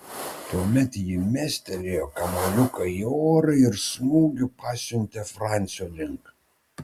tuomet ji mestelėjo kamuoliuką į orą ir smūgiu pasiuntė francio link